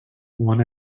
one